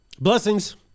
Blessings